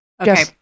Okay